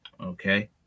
Okay